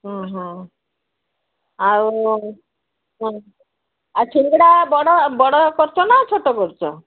ହଁ ହଁ ଆଉ ଆଉ ସିଙ୍ଗଡ଼ା ବଡ଼ ବଡ଼ କରୁଛ ନା ଛୋଟ କରୁଛ